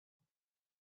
情况